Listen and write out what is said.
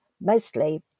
mostly